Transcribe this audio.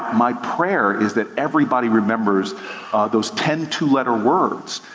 my prayer is that everybody remembers those ten two letter words.